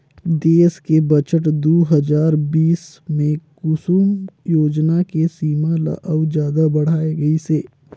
देस के बजट दू हजार बीस मे कुसुम योजना के सीमा ल अउ जादा बढाए गइसे